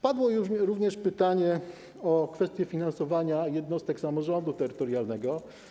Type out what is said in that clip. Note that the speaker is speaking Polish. Padło również pytanie o kwestie finansowania jednostek samorządu terytorialnego.